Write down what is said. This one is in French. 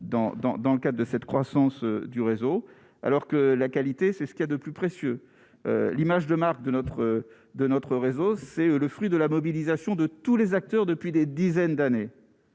dans le cas de cette croissance du réseau, alors que la qualité, c'est ce qu'il y a de plus précieux : l'image de marque de notre de notre réseau, c'est le fruit de la mobilisation de tous les acteurs depuis des dizaines d'années.